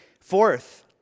Fourth